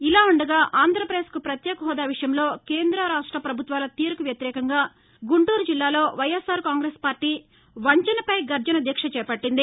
ఇలా ఉండగా ఆంధ్రప్రదేశ్కు ప్రత్యేక పెనూదా విషయంలో కేంద రాష్ట ప్రభుత్వాల తీరుకు వ్యతిరేకంగా గుంటూరు జిల్లాలో వైఎస్పాఆర్ కాంగ్రెస్ పార్లీ వంచనపై గర్జన దీక్ష చేపట్లింది